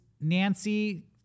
Nancy